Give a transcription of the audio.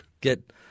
get